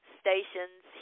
stations